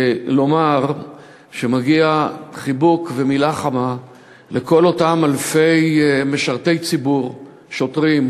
לומר שמגיע חיבוק ומילה חמה לכל אותם אלפי משרתי ציבור: שוטרים,